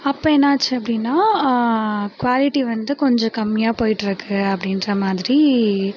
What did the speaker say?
அப்போ என்னாச்சு அப்படின்னா குவாலிட்டி வந்து கொஞ்சம் கம்மியாக போய்கிட்ருக்கு அப்படின்ற மாதிரி